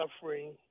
suffering